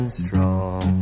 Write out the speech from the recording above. strong